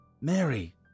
Mary